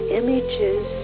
images